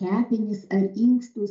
kepenis ar inkstus